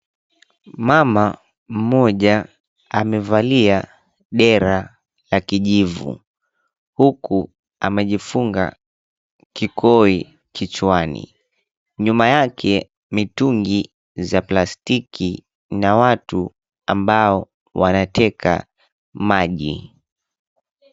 Mama mmoja amevalia dera la kijivu huku amejifunga kikoi kichwani. Nyuma yake mitungi za plastiki na watu ambao wanateka maji.